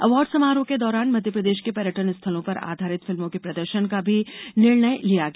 award समारोह के दौरान मध्यप्रदेश के पर्यटन स्थलों पर आधारित फिल्मों के प्रदर्षन का भी निर्णय लिया गया